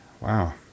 Wow